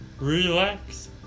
relax